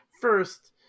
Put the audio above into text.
First